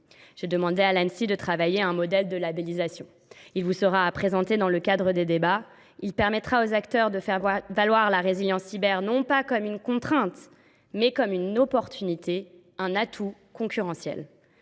demandé à l’Anssi de travailler à un modèle de labellisation qui vous sera présenté dans le cadre des débats. Il permettra aux acteurs de faire valoir la résilience cyber non pas comme une contrainte, mais comme une opportunité et un atout concurrentiel.